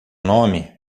nome